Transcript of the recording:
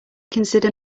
consider